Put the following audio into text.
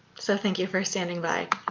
so thank you for standing by.